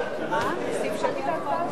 אם הייתי באופוזיציה,